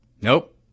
Nope